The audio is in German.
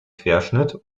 querschnitt